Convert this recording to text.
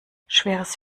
schweres